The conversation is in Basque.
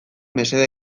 mesede